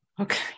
Okay